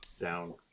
down